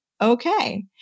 okay